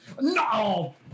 No